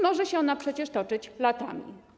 Może się ona przecież toczyć latami.